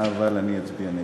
אבל אני אצביע נגד.